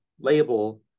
label